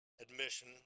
admission